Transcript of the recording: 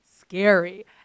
scary